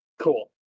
cool